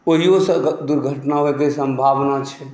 ओहिओसँ दुर्घटना होइके सम्भावना छै